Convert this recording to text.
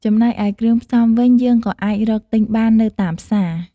ចំណែកឯគ្រឿងផ្សំវិញ យើងក៏អាចរកទិញបាននៅតាមផ្សារ។